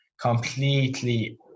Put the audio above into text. completely